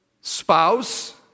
spouse